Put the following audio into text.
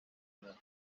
nadie